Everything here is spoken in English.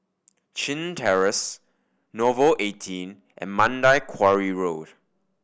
Chin Terrace Nouvel Eighteen and Mandai Quarry Road